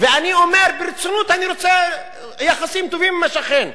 ואני אומר ברצינות שאני רוצה יחסים טובים עם השכן,